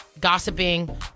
gossiping